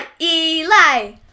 Eli